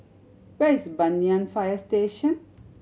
where is Banyan Fire Station